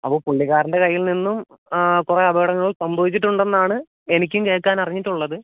അപ്പോൾ പുള്ളികാരൻ്റെ കയ്യിൽ നിന്നും കുറേ അപകടങ്ങൾ സംഭവിച്ചിട്ടുണ്ടെന്നാണ് എനിക്കും കേൾക്കാൻ അറിഞ്ഞിട്ടുള്ളത്